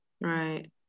Right